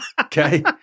Okay